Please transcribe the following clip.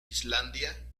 islandia